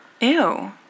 Ew